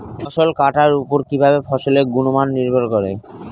ফসল কাটার উপর কিভাবে ফসলের গুণমান নির্ভর করে?